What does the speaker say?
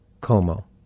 Como